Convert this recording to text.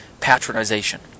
patronization